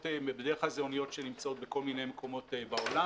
בדרך כלל אלה אוניות שנמצאות בכל מיני מקומות בעולם,